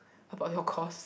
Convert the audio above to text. about your course